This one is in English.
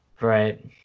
right